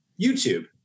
YouTube